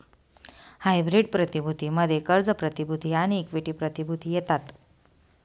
hybrid प्रतिभूती मध्ये कर्ज प्रतिभूती आणि इक्विटी प्रतिभूती येतात